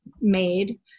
made